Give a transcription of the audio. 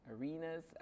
arenas